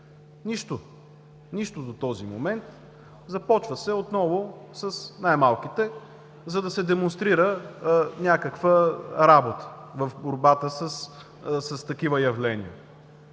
нищо до този момент! Започва се отново с най-малките, за да се демонстрира някаква работа в борбата с такива явления.